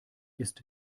ist